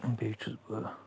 بیٚیہِ چھُس بہٕ